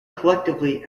collectively